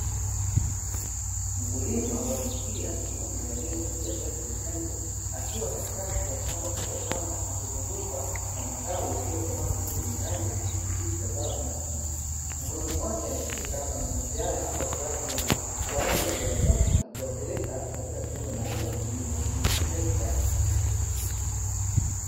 Mkulima wa jinsia ya kiume aliyevalia shati jekundu akiwa katikati ya shamba kubwa sana akizungukwa na matawi yaliyokomaa vizuri yenye rangi ya kijani kibichi ya zao aina nanasi. Mkononi mwake ameshika mananasi haya kwa furaha kubwa kwa ajili ya kuyavuna na kuyapeleka katika sehemu ya mauzo ya kilimo ili kujipatia kipato.